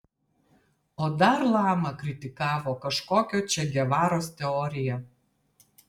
o dar lama kritikavo kažkokio če gevaros teoriją